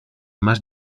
más